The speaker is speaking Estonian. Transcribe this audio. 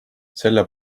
selle